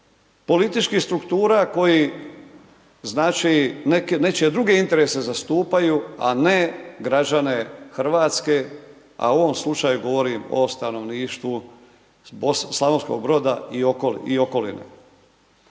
političkih struktura, koje znači, neke druge interese zastupaju, a ne građane Hrvatske, a u ovom slučaju govorim o stanovništvu Slavonskog Broda i okoline.